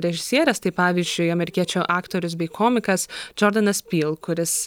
režisieres tai pavyzdžiui amerikiečių aktorius bei komikas džordanas pyl kuris